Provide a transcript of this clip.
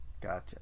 Gotcha